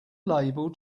label